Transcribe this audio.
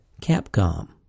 Capcom